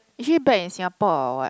is she back in Singapore or what